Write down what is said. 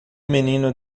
menino